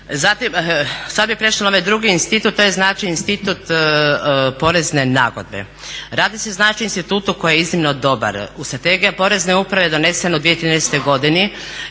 Zatim sada bih prešla na ovaj drugi institut, to je institut porezne nagodbe. Radi se o institutu koji je iznimno dobar. Strategija porezne uprave donesena je 2013.godine